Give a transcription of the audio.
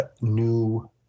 new